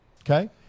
okay